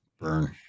burn